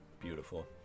Beautiful